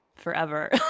forever